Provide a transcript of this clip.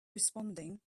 responding